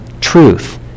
truth